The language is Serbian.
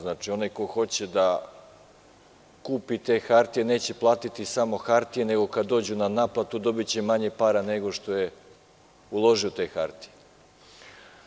Znači, onaj ko hoće da kupi te hartije, neće platiti samo hartije nego kad dođu na naplatu dobiće manje para nego što je uložio te hartije.